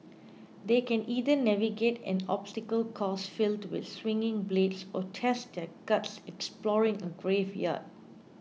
they can either navigate an obstacle course filled with swinging blades or test their guts exploring a graveyard